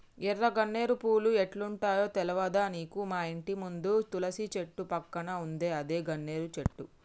ఎర్ర గన్నేరు పూలు ఎట్లుంటయో తెల్వదా నీకు మాఇంటి ముందు తులసి చెట్టు పక్కన ఉందే అదే గన్నేరు చెట్టు